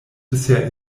bisher